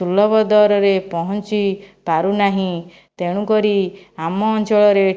ସୁଲଭ ଦରରେ ପହଞ୍ଚି ପାରୁନାହିଁ ତେଣୁ କରି ଆମ ଅଞ୍ଚଳରେ